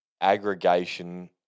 aggregation